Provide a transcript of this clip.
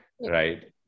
Right